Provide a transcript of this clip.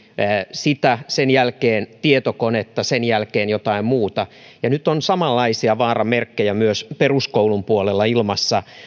sen jälkeen tietokonetta sen jälkeen jotain muuta ja nyt on samanlaisia vaaranmerkkejä myös peruskoulun puolella ilmassa